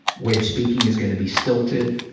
way of speaking is going to be stilted